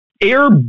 air